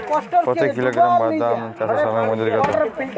প্রতি কিলোগ্রাম বাদাম চাষে শ্রমিক মজুরি কত?